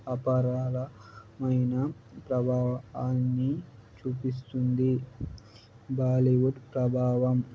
అపారమైన ప్రభావాన్ని చూపిస్తుంది బాలీవుడ్ ప్రభావం